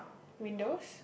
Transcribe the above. windows